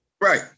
right